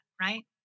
Right